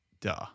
Duh